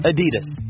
Adidas